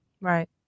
Right